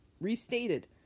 restated